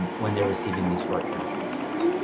and when they're receiving these short term transfers.